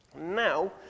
Now